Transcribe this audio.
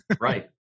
Right